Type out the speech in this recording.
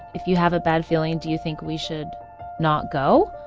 if you have a bad feeling, do you think we should not go?